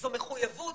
זו מחויבות,